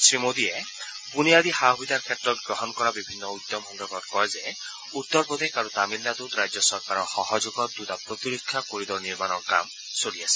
শ্ৰীমৌদীয়ে বুনিয়াদী সা সুবিধাৰ ক্ষেত্ৰত গ্ৰহণ কৰা বিভিন্ন উদ্যম সন্দৰ্ভত কয় যে উত্তৰ প্ৰদেশ আৰু তামিলনাডুত ৰাজ্য চৰকাৰৰ সহযোগত দুটা প্ৰতিৰক্ষা কৰিডৰ নিৰ্মাণৰ কাম চলি আছে